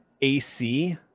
AC